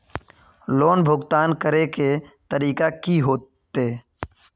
Loan भुगतान करे के तरीका की होते?